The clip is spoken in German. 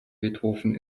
beethoven